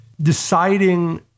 deciding